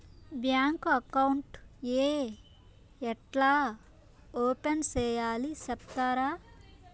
Bank account ఏ ఎట్లా open సేయాలి సెప్తారా?